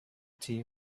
tea